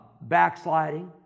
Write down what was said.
backsliding